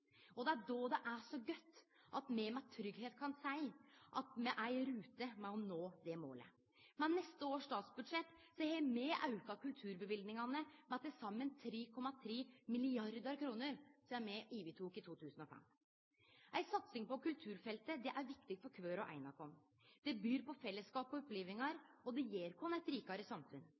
opposisjonen. Det er då det er så godt at me med tryggleik kan seie at me er i rute med å nå det målet. Med neste års statsbudsjett har me auka løyvingane til kultur med til saman 3,3 mrd. kr sidan me tok over i 2005. Ei satsing på kulturfeltet er viktig for kvar og ein av oss. Det byr på fellesskap og opplevingar, og det gjev oss eit rikare samfunn.